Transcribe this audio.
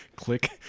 Click